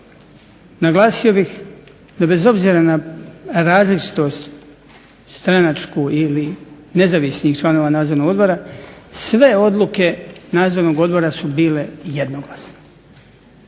Naglasio bih da bez obzira na različitost stranačku ili nezavisnih članova nadzornog odbora, sve odluke nadzornog odbora su bile jednoglasne.